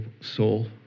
soul